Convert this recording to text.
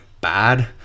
bad